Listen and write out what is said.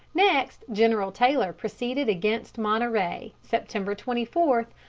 next general taylor proceeded against monterey, september twenty four,